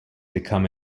become